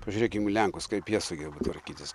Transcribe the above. pažiūrėkime į lenkus kaip jie sugeba tvarkytis